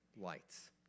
lights